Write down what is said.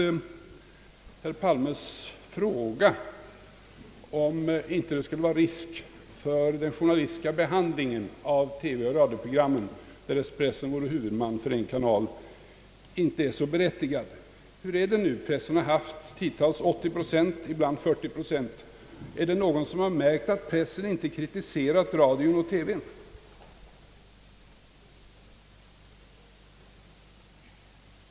Herr Palme frågade också, om det inte skulle vara risk för den journalistiska behandlingen av radiooch TV programmen därest pressen vore huvudman för en kanal. Den frågan anser jag inte vara berättigad. Hur är det nu? Pressen har tidtals haft ett inflytande till 80 procent, vissa tider 40 procent, men är det någon som har märkt att pressen inte har kritiserat programmen i radio och TV?